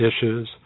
issues